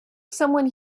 someone